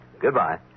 Goodbye